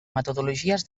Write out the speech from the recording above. metodologies